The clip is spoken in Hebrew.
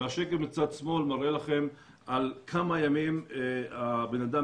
השקף מצד שמאל מראה לכם על כמה ימים הבן אדם